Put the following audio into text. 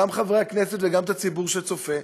גם את חברי הכנסת וגם את הציבור שצופה,